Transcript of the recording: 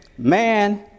Man